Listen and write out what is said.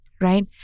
right